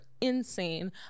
insane